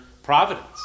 Providence